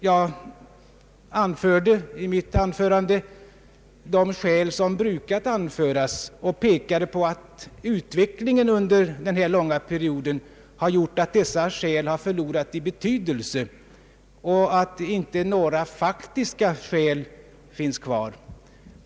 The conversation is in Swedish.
Jag nämnde i mitt anförande de skäl som brukar åberopas och pekade på att utvecklingen under denna långa period har gjort att de skälen förlorat i betydelse och att inga faktiska skäl finns kvar.